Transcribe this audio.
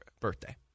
birthday